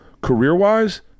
career-wise